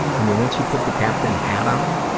i mean, once you put the captain hat on,